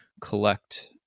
collect